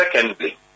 Secondly